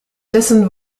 dessen